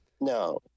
no